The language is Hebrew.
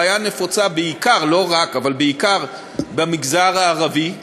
הבעיה נפוצה בעיקר, לא רק אבל בעיקר, במגזר הערבי,